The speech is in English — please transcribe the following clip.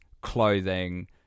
clothing